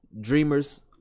dreamers